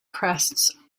crests